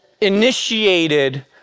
initiated